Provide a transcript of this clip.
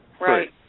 Right